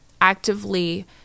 actively